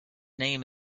name